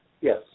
Yes